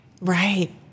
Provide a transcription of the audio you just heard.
Right